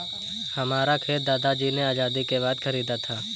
हमारा खेत दादाजी ने आजादी के बाद खरीदा था